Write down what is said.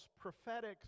prophetic